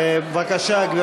בבקשה, גברתי,